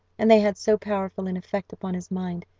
and they had so powerful an effect upon his mind,